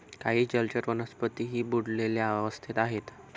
काही जलचर वनस्पतीही बुडलेल्या अवस्थेत आहेत